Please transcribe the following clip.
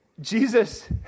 Jesus